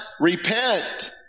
repent